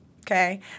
Okay